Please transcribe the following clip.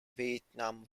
vietnam